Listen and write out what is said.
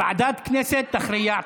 ועדת הכנסת תכריע.